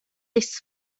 disks